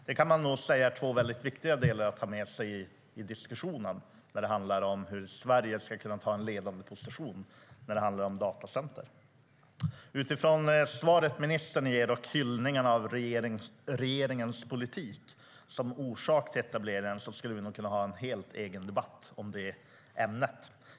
Det är två viktiga delar att ta med sig i diskussionen när det handlar om hur Sverige ska inta en ledande position i fråga om datacenter. Utifrån svaret ministern gav och hyllningarna av regeringens politik som orsak till etableringen kan vi nog ha en helt egen debatt om det ämnet.